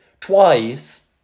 twice